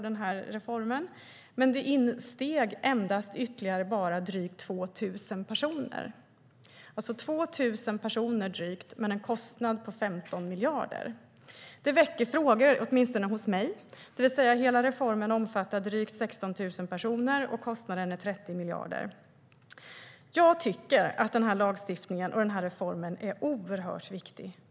Men ökningen var endast ytterligare 2 000 personer - alltså drygt 2 000 personer men en kostnad på 15 miljarder. Det väcker frågor åtminstone hos mig. Hela reformen omfattar drygt 16 000 personer, och kostnaden är 30 miljarder. Jag tycker att den här lagstiftningen och den här reformen är oerhört viktiga.